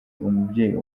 umubyeyi